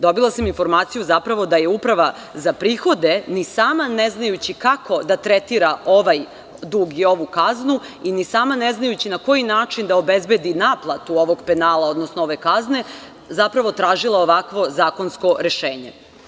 Dobila sam informaciju zapravo da je Uprava za prihode, ni sama ne znajući kako da tretira ovaj dug i ovu kaznu, ni sama ne znajući na koji način da obezbedi naplatu ovog penala, odnosno ove kazne, zapravo tražila ovakvo zakonsko rešenje.